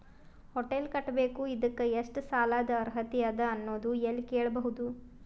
Hotel ಕಟ್ಟಬೇಕು ಇದಕ್ಕ ಎಷ್ಟ ಸಾಲಾದ ಅರ್ಹತಿ ಅದ ಅನ್ನೋದು ಎಲ್ಲಿ ಕೇಳಬಹುದು?